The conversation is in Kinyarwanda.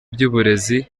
by’uburezi